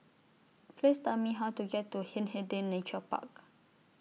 Please Tell Me How to get to Hindhede Nature Park